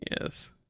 Yes